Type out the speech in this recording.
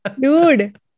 dude